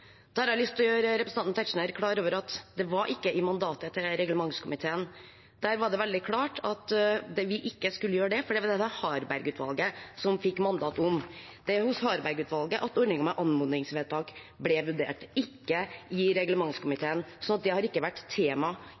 Da har jeg lyst til å gjøre representanten Tetzschner klar over at det ikke var i mandatet til reglementskomiteen. Der var det veldig klart at vi ikke skulle gjøre det, for det var det Harberg-utvalget som fikk mandat om. Det var i Harberg-utvalget ordningen med anmodningsvedtak ble vurdert, ikke i reglementskomiteen. Det har ikke vært tema